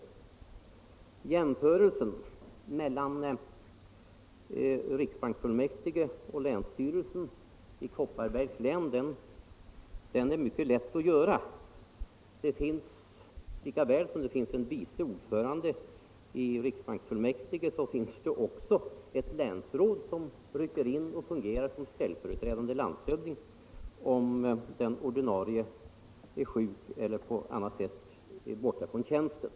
— Granskning av Jämförelsen mellan riksbanksfullmäktige och länsstyrelsen i Koppar = statsrådens bergs län är mycket lätt att göra. Lika väl som det finns en vice ordförande = tjänsteutövning i riksbanksfullmäktige, finns det ett länsråd som rycker in och fungerar = m.m. såsom ställföreträdande landshövding, om den ordinarie är sjuk eller på annat sätt är borta från tjänsten.